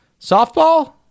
softball